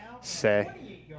say